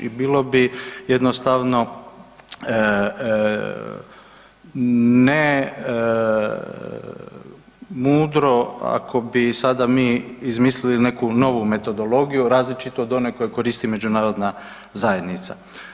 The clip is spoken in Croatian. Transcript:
I bilo bi jednostavno ne mudro ako bi sada mi izmislili neku novu metodologiju različitu od one koju koristi Međunarodna zajednica.